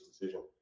decision